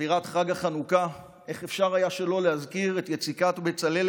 באווירת חג החנוכה איך אפשר היה שלא להזכיר את יציקת בצלאל,